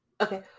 Okay